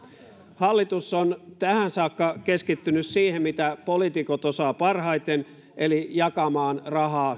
hallitus on tähän saakka keskittynyt siihen mitä poliitikot osaavat parhaiten eli jakamaan rahaa